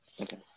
Okay